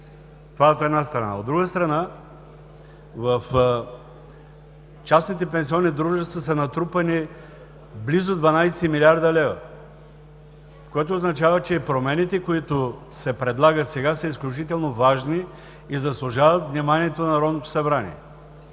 това от една страна. От друга страна, в частните пенсионни дружества се натрупани близо 12 млрд. лв., което означава, че промените, които се предлагат сега, са изключително важни и заслужават вниманието на Народното събрание.